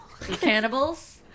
cannibals